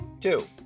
Two